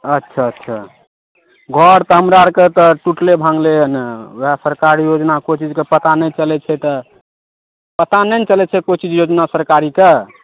अच्छा अच्छा घर तऽ हमरा आरके तऽ टूटले भाँगले यऽ ने ओएह सरकारी योजना कोइ चीजके पता नहि चलै छै तऽ पता नहि ने चलै छै कोइ चीज योजना सरकारी कऽ